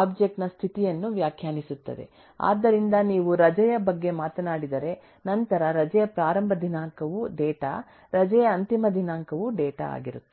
object ನ ಸ್ಥಿತಿಯನ್ನು ವ್ಯಾಖ್ಯಾನಿಸುತ್ತದೆ ಆದ್ದರಿಂದ ನೀವು ರಜೆಯ ಬಗ್ಗೆ ಮಾತನಾಡಿದರೆ ನಂತರ ರಜೆಯ ಪ್ರಾರಂಭ ದಿನಾಂಕವು ಡೇಟಾ ರಜೆಯ ಅಂತಿಮ ದಿನಾಂಕವು ಡೇಟಾ ಆಗಿರುತ್ತದೆ